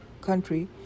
country